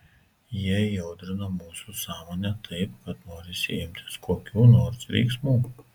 jie įaudrina mūsų sąmonę taip kad norisi imtis kokių nors veiksmų